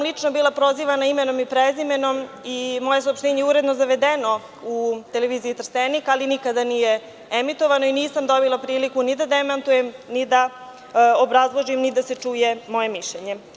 Lično sam bila prozivana imenom i prezimenom i moje saopštenje je uredno zavedeno u Televiziji Trstenik, ali nikada nije emitovano i nisam dobila priliku ni da demantujem, ni da obrazložim, ni da se čuje moje mišljenje.